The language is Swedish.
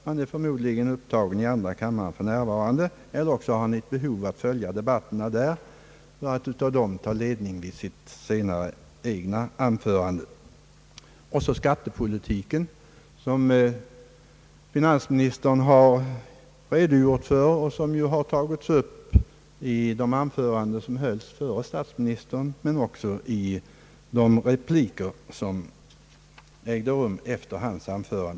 Han är förmodligen upptagen i andra kammaren för närvarande, eller också har han ett behov av att följa debatterna där för att av dem få impulser för sitt eget anförande. Så har vi skattepolitiken som finansministern redogjort för och som tagits upp i de anföranden som hölls före finansministerns men också i de repliker som gjorts efter hans anförande.